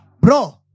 Bro